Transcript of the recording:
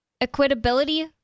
Equitability